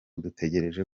dutegereje